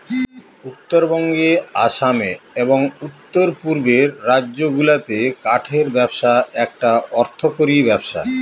উত্তরবঙ্গে আসামে এবং উত্তর পূর্বের রাজ্যগুলাতে কাঠের ব্যবসা একটা অর্থকরী ব্যবসা